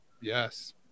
Yes